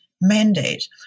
mandate